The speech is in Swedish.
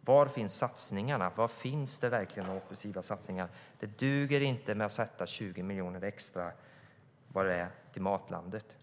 Var finns satsningarna? Var finns verkligen offensiva satsningar? Det duger inte att avsätta 20 miljoner extra till Matlandet.